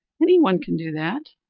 any one can do that,